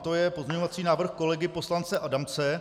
To je pozměňovací návrh kolegy poslance Adamce.